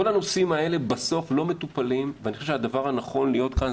כל הנושאים האלה בסוף לא מטופלים ואני חושב שהדבר הנכון להיות כאן,